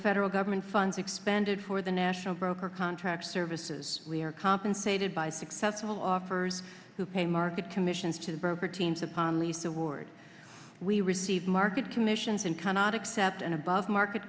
federal government funds expended for the national broker contract services we are compensated by successful offers who pay market commissions to the broker teams upon lease award we receive market commissions and cannot accept an above market